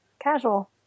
casual